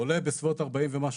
עולה בסביבות 40 ומשהו,